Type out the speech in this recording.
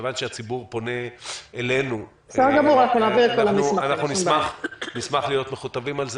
מכיוון שהציבור פונה אלינו נשמח להיות מכותבים.